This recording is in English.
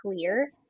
clear